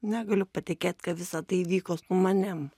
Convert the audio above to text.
negaliu patikėt kad visa tai vyko su manim